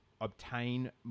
obtain